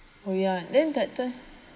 oh ya then that th~